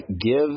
give